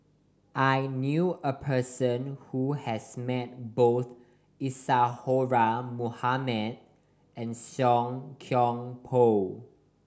I knew a person who has met both Isadhora Mohamed and Song Koon Poh